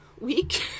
week